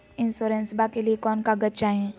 इंसोरेंसबा के लिए कौन कागज चाही?